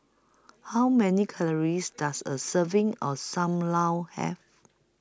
How Many Calories Does A Serving of SAM Lau Have